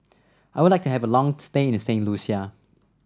I would like to have a long stay in Saint Lucia